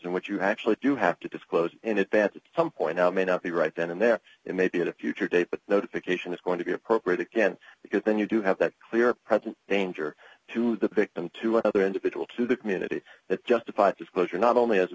which you actually do have to disclose in advance of some point i may not be right then and there it may be at a future date but notification is going to be appropriate again because then you do have that clear present danger to the victim to another individual to the community that justifies disclosure not only as a